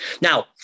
Now